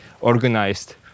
organized